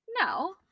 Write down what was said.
No